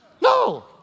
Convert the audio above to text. no